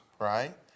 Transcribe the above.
right